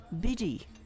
biddy